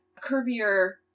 curvier